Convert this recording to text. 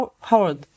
Howard